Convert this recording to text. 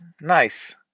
Nice